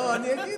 לא, אני אגיד.